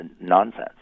nonsense